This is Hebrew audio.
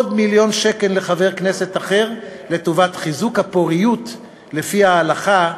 עוד מיליון שקל לחבר כנסת אחר לטובת חיזוק הפוריות לפי ההלכה,